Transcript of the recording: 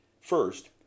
First